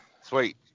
Sweet